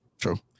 True